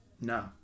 No